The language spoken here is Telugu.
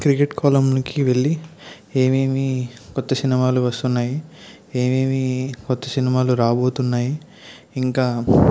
క్రికెట్ కాలంకి వెళ్ళి ఏమేమి కొత్త సినిమాలు వస్తున్నాయి ఏమేమి కొత్త సినిమాలు రాబోతున్నాయి ఇంకా